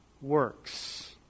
works